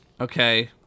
Okay